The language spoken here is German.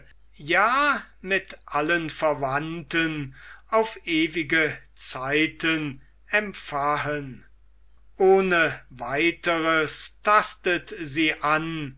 ja mit allen verwandten auf ewige zeiten empfahen ohne weiteres tastet sie an